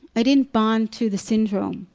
i didn't bond to the syndrome.